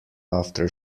after